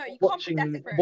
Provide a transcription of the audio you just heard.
Watching